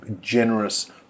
Generous